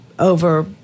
Over